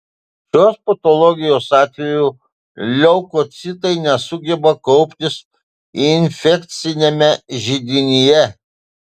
šios patologijos atveju leukocitai nesugeba kauptis infekciniame židinyje